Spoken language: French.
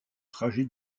trajet